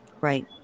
right